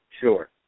sure